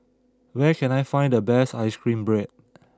where can I find the best Ice Cream Bread